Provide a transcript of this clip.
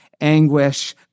anguish